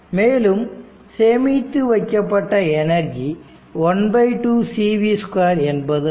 மேலும் சேமித்து வைக்கப்பட்ட எனர்ஜி 12cv2 என்பது ஆகும்